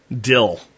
dill